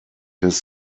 his